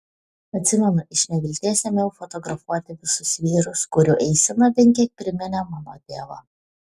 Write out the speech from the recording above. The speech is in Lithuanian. atsimenu iš nevilties ėmiau fotografuoti visus vyrus kurių eisena bent kiek priminė mano tėvą